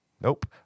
Nope